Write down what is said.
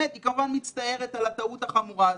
היא כל פעם מצטערת על הטעות החמורה הזו.